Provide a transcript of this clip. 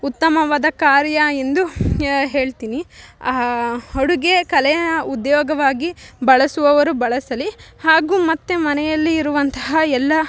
ಉತ್ತಮವಾದ ಕಾರ್ಯ ಎಂದು ಹೇಳ್ತಿನಿ ಅಡುಗೆ ಕಲೆಯ ಉದ್ಯೋಗವಾಗಿ ಬಳಸುವವರು ಬಳಸಲಿ ಹಾಗು ಮತ್ತು ಮನೆಯಲ್ಲಿ ಇರುವಂತಹ ಎಲ್ಲ